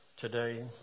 today